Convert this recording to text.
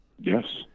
Yes